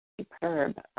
Superb